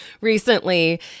recently